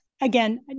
again